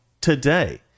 today